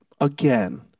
again